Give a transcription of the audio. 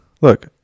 Look